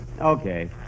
Okay